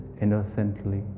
innocently